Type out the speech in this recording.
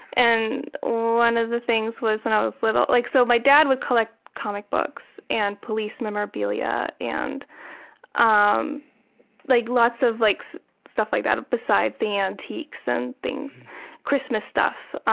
and one of the things was when i was little like so my dad would collect comic books and police memorabilia and um like lots of like so stuff like that besides the antiques. and christmas stuff.